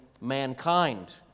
mankind